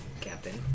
Captain